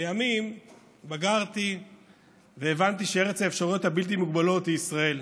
לימים בגרתי והבנתי שארץ האפשרויות הבלתי-מוגבלות היא ישראל.